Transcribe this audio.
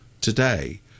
today